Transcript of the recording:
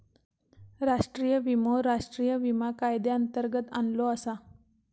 राष्ट्रीय विमो राष्ट्रीय विमा कायद्यांतर्गत आणलो आसा